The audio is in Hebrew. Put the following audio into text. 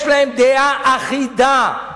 יש להם דעה אחידה.